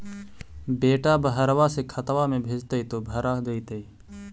बेटा बहरबा से खतबा में भेजते तो भरा जैतय?